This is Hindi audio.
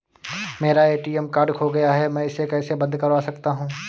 मेरा ए.टी.एम कार्ड खो गया है मैं इसे कैसे बंद करवा सकता हूँ?